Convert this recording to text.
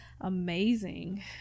amazing